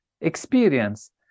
experience